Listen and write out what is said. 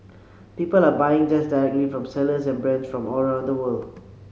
people are buying just from sellers and brands from all around the world